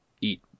eat